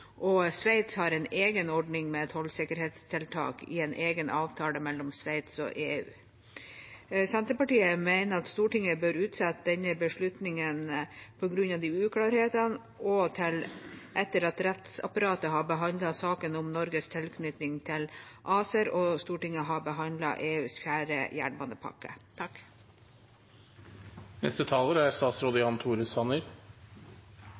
og at Sveits har en egen ordning med tollsikkerhetstiltak i en egen avtale mellom Sveits og EU. Senterpartiet mener at Stortinget bør utsette denne beslutningen på grunn av disse uklarhetene, og til etter at rettsapparatet har behandlet saken om Norges tilknytning til ACER og Stortinget har behandlet EUs fjerde jernbanepakke.